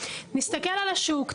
נסתכל על השוק,